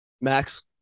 Max